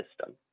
system